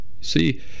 See